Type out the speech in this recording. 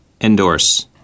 Endorse